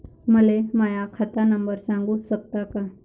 मले माह्या खात नंबर सांगु सकता का?